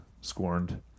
scorned